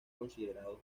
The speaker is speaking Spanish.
considerados